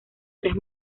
tres